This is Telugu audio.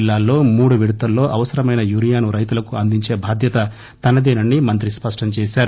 జిల్లాలో మూడు విడతల్లో అవసరమైన యురియాను రైతులకు అందించే బాధ్యత తనదేనని మంత్రి స్పష్టం చేశారు